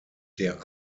der